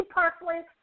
personally